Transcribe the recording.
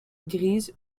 grise